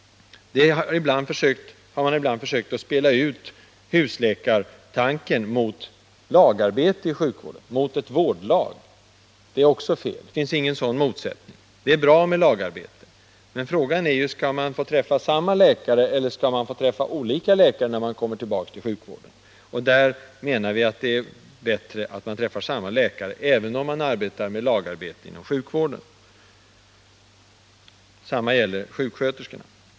Man har ibland försökt spela ut husläkartanken mot lagarbetet i sjukvården — mot vårdlaget. Det är också fel. Det finns inte någon sådan motsättning. Det är bra med lagarbete. Men frågan är: Skall man få träffa samma läkare eller olika läkare när man kommer tillbaka till sjukvården? Vi menar att det är bättre att man träffar samma läkare, även om man tillämpar lagarbete inom sjukvården. Detsamma gäller sjuksköterskan.